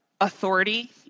authority